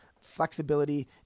flexibility